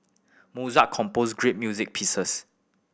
Mozart composed great music pieces